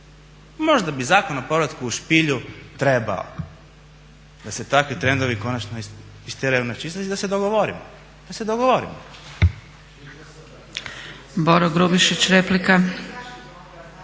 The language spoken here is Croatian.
Možda bi zakon o povratku u špilju trebao da se trendovi konačno istjeraju na čistac i da se dogovorimo.